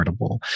affordable